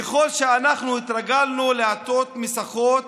ככל שאנחנו התרגלנו לעטות מסכות,